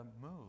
move